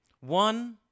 one